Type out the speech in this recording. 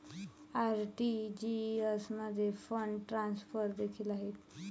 RTGS मध्ये fund transfer देखील आहेत